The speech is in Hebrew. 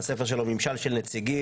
מהספר שלו: ממשל של נציגים.